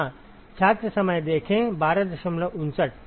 हाँ E बराबर